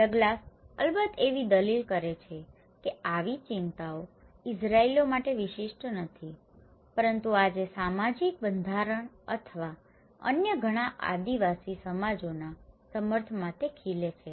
Douglas અલબત્ત એવી દલીલ કરે છે કે આવી ચિંતાઓ ઇઝરાઇલીઓ માટે વિશિષ્ટ નથી પરંતુ આજે સામાજિક બંધારણ અથવા અન્ય ઘણા આદિવાસી સમાજોના સમર્થનમાં તે ખીલે છે